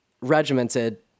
regimented